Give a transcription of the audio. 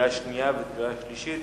קריאה שנייה וקריאה שלישית.